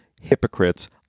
hypocrites